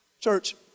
Church